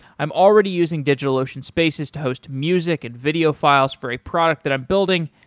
i'm already using digitalocean spaces to host music and video files for a product that i'm building,